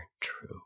true